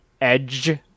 edge